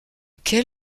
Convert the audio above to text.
quel